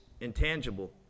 intangible